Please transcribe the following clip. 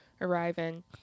arriving